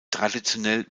traditionell